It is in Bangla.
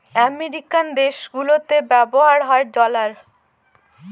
আমেরিকান দেশগুলিতে ব্যবহার হয় ডলার